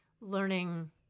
learning